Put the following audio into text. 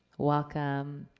welcome.